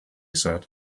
said